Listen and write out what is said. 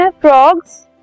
Frogs